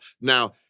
Now